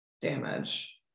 damage